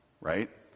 right